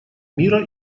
мира